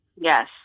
Yes